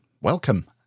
welcome